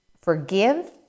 forgive